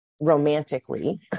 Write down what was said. romantically